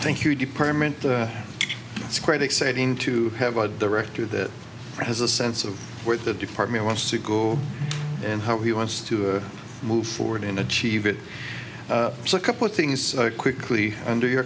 thank your department it's quite exciting to have a director that has a sense of where the department wants to go and how he wants to move forward in achieve it so a couple of things quickly under